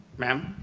ma'am?